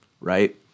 right